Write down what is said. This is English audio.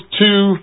two